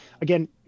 again